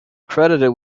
credited